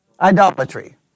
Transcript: idolatry